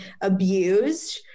abused